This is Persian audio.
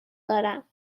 دارم